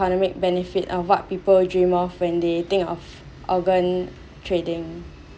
economic benefit of what people dream of when they think of organ trading